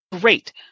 Great